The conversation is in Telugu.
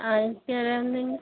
ఆయనకి ఎలా ఉందండీ